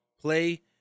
play